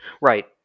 Right